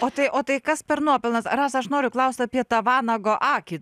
o tai o tai kas per nuopelnas rasa aš noriu klaust apie tą vanago akį